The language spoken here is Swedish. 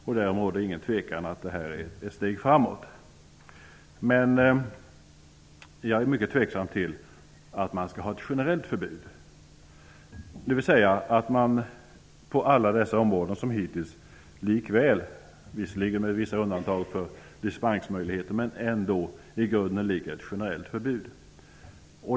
Det råder inget tvivel om att detta är ett steg framåt. Men jag är mycket tveksam till att man på alla dessa områden skall ha ett generellt förbud, om man nu bortser från vissa dispensmöjligheter.